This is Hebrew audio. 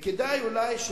וכדאי אולי,